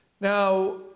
Now